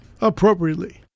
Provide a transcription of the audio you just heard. Appropriately